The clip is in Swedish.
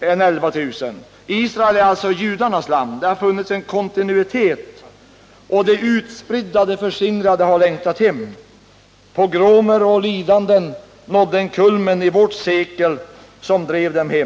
än 11 000. Israel är alltså judarnas land. Där har det funnits en kontinuitet, och de utspridda, de förskingrade, har längtat hem. Pogromer och lidanden nådde sin kulmen i vårt sekel och drev dem hem.